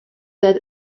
that